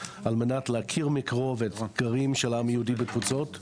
על מנת להכיר מקרוב את האתגרים של העם היהודי בתפוצות.